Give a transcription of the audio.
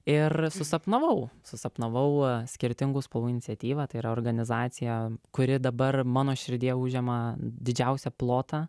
ir susapnavau susapnavau skirtingų spalvų iniciatyvą tai yra organizaciją kuri dabar mano širdyje užima didžiausią plotą